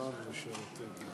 השר לשירותי דת.